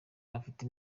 bafite